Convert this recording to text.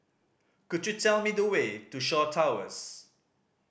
could you tell me the way to Shaw Towers